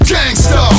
Gangsta